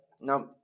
now